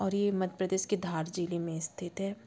और ये मध्य प्रदेश के धार ज़िले में स्थित है